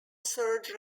surge